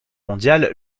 mondiale